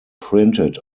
printed